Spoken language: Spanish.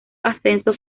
ascenso